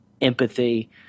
empathy